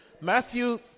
Matthew